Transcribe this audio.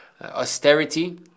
Austerity